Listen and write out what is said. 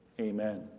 amen